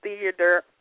theater